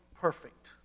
perfect